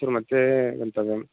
मैसूर् मध्ये गन्तव्यम्